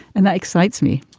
and that excites me.